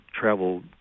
travel